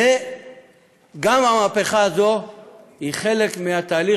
וגם המהפכה הזאת היא חלק מהתהליך